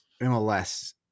MLS